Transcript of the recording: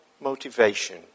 motivation